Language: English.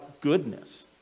goodness